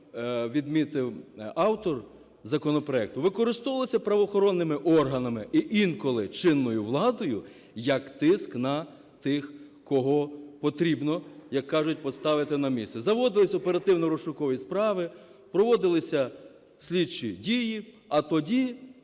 відмітив автор законопроекту, використовувалася правоохоронними органами і інколи чинною владою як тиск на тих, кого потрібно, як кажуть, поставити на місце. Заводилися оперативно-розшукові справи, проводилися слідчі дії, а тоді